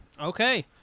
Okay